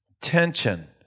tension